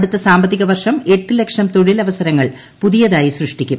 അടുത്ത സാമ്പത്തിക വർഷം എട്ട് ലക്ഷം തൊഴിലവസരങ്ങൾ പുതിയതായി സൃഷ്ടിക്കും